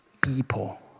people